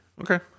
Okay